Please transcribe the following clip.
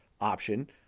option